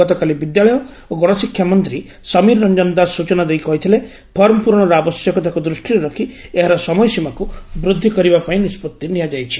ଗତକାଲି ବିଦ୍ୟାଳୟ ଓ ଗଣଶିକ୍ଷା ମନ୍ତୀ ସମୀର ରଞ୍ଞନ ଦାସ ସୂଚନା ଦେଇ କହିଥିଲେ ଫର୍ମ ପ୍ରରଣର ଆବଶ୍ୟକତାକୁ ଦୃଷ୍ଟିରେ ରଖ୍ ଏହାର ସମୟସୀମାକୁ ବୃଦ୍ଧି କରିବାପାଇଁ ନିଷ୍ବଉି ନିଆଯାଇଛି